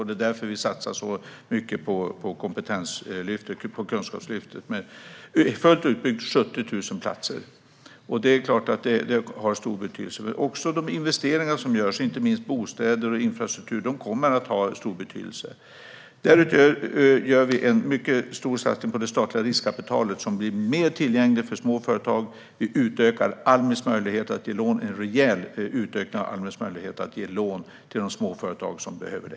Det är därför vi satsar så mycket på kunskapslyftet med, fullt utbyggt, 70 000 platser. Det är klart att det har stor betydelse. Också de investeringar som görs, inte minst i bostäder och infrastruktur, kommer att ha stor betydelse. Därutöver gör vi en mycket stor satsning på det statliga riskkapitalet, som blir mer tillgängligt för små företag. Vi gör en rejäl ökning av Almis möjligheter att ge lån till de små företag som behöver det.